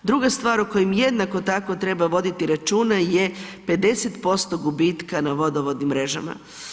Druga stvar o kojem jednako tako treba voditi računa je 50% gubitka na vodovodnim mrežama.